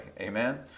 Amen